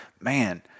man